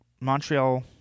Montreal